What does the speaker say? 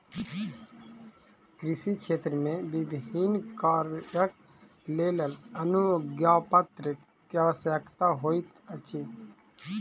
कृषि क्षेत्र मे विभिन्न कार्यक लेल अनुज्ञापत्र के आवश्यकता होइत अछि